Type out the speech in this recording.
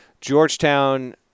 Georgetown